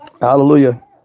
Hallelujah